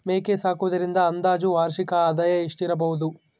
ಮೇಕೆ ಸಾಕುವುದರಿಂದ ಅಂದಾಜು ವಾರ್ಷಿಕ ಆದಾಯ ಎಷ್ಟಿರಬಹುದು?